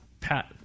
pat